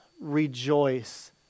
rejoice